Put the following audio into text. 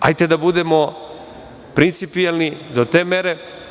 Hajte da budemo principijelni do te mere.